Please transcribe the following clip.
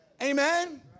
Amen